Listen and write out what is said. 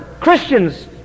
Christians